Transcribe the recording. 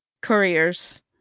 ...couriers